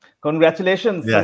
congratulations